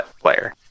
player